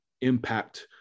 impact